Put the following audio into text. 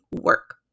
work